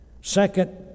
second